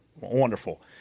wonderful